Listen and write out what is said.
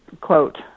quote